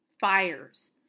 fires